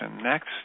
next